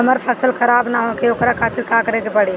हमर फसल खराब न होखे ओकरा खातिर का करे के परी?